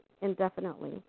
indefinitely